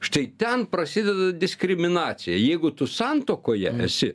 štai ten prasideda diskriminacija jeigu tu santuokoje esi